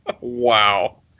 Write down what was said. Wow